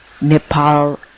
Nepal